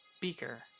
Beaker